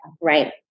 Right